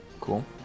Cool